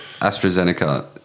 AstraZeneca